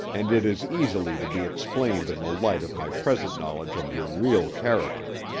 and it is easily to be explained in the light of my present knowledge of your real character.